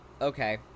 okay